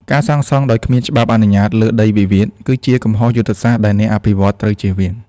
ការសាងសង់ដោយគ្មានច្បាប់អនុញ្ញាតលើដីវិវាទ គឺជាកំហុសយុទ្ធសាស្ត្រដែលអ្នកអភិវឌ្ឍន៍ត្រូវចៀសវាង។